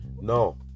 No